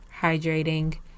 hydrating